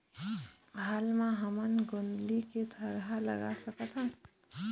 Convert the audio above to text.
हाल मा हमन गोंदली के थरहा लगा सकतहन?